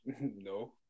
No